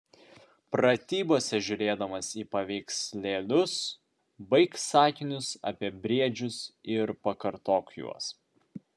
pratybose žiūrėdamas į paveikslėlius baik sakinius apie briedžius ir pakartok juos